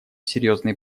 серьезные